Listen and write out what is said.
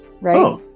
right